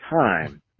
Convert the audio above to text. time